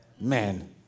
Man